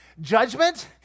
judgment